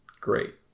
great